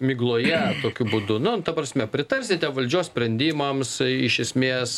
migloje tokiu būdu nu ta prasme pritarsite valdžios sprendimams iš esmės